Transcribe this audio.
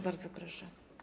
Bardzo proszę.